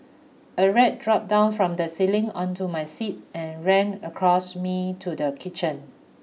a rat dropped down from the ceiling onto my seat and ran across me to the kitchen